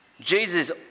Jesus